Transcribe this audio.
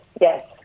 yes